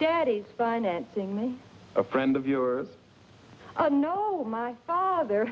daddy's financing me a friend of your know my father